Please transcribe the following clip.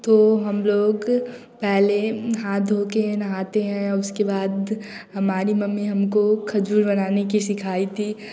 हम लोग पहले हाथ धोकर नहाते हैं उसके बाद हमारी मम्मी हमको खजूर बनाने के सिखाई थी